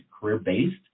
career-based